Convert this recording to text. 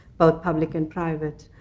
both public and private.